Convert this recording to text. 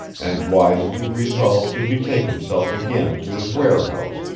and wisely resolved to betake himself again to his warehouse,